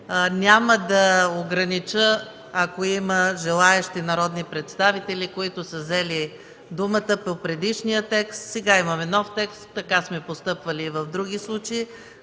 няма да огранича, ако има желаещи народни представители, които са взели думата по предишния текст. Сега имаме нов текст, така сме постъпвали и в други случаи.